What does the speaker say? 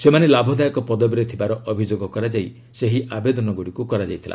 ସେମାନେ ଲାଭଦାୟକ ପଦବୀରେ ଥିବାର ଅଭିଯୋଗ କରାଯାଇ ଏହି ଆବେଦନ କରାଯାଇଥିଲା